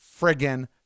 friggin